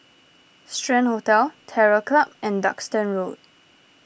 Strand Hotel Terror Club and Duxton Road